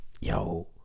Yo